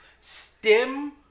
stem